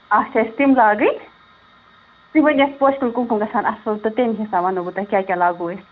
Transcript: اَکھ چھِ اَسہِ تِم لاگٕنۍ تُہۍ ؤنِو اَسہِ پوشہِ کُلۍ کَم کَم گَژھن اَصٕل تہٕ تَمی حِسابہٕ وَنو بہٕ تۄہہِ کیٛاہ کیٛاہ لاگو أسۍ